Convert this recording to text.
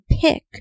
pick